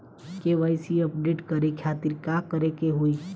KYC update करे के खातिर का करे के होई?